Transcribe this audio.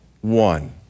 one